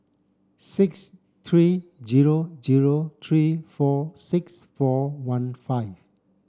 six three zero zero three four six four one five